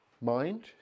mind